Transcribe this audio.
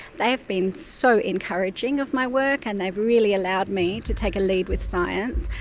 they have been so encouraging of my work and they've really allowed me to take a lead with science.